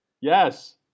Yes